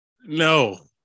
No